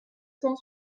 cent